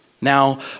Now